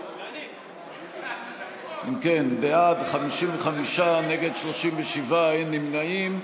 אם כן, בעד, 55, נגד, 37, אין נמנעים.